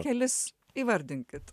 kelis įvardinkit